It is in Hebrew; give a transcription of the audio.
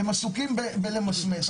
הם עסוקים בלמסמס.